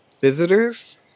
visitors